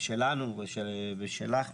שלנו ושלך,